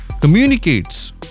communicates